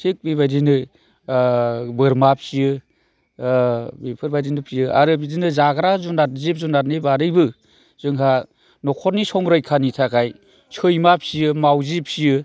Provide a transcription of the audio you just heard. थिग बेबायदिनो बोरमा फियो बेफोर बादिनो फियो आरो बिदिनो जाग्रा जुनाद जिब जुनादनि बादैबो जोंहा न'खरनि संरैखानि थाखाय सैमा फियो मावजि फियो